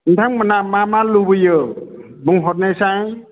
नोंथांमोनहा मा मा लुबैयो बुंहरनायसाय